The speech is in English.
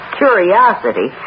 curiosity